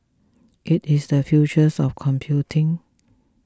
it is the futures of computing